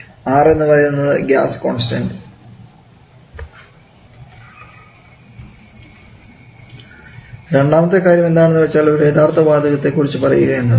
R എന്നുപറയുന്നത് gas constant രണ്ടാമത്തെ കാര്യം എന്താണെന്ന് വെച്ചാൽ ഒരു യഥാർത്ഥ വാതകത്തെകുറിച്ച് പറയുക എന്നതാണ്